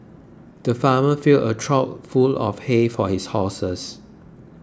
the farmer filled a trough full of hay for his horses